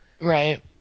right